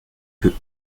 peut